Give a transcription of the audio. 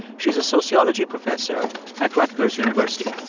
she's a sociology professor at rutgers university